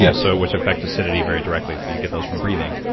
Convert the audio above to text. yeah so which affect acidity very directly you get those from breathing.